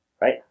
Right